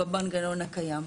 במנגנון הקיים.